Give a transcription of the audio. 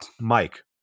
mike